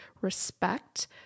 respect